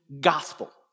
gospel